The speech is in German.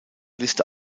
liste